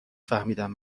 فهمیدم